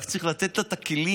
רק צריך לתת לה את הכלים.